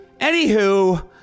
Anywho